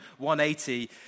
180